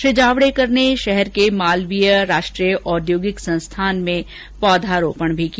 श्री जावड़ेकर ने शहर के मालवीय राष्ट्रीय औद्योगिक संस्थान में पौधा लगाया